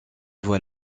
voit